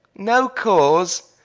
no cause?